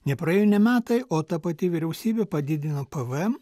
nepraėjo nė metai o ta pati vyriausybė padidino pvm